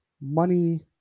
money